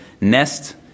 nest